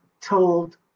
told